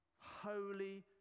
holy